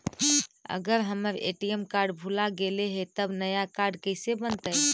अगर हमर ATM card भुला गैलै हे तब नया काड कइसे बनतै?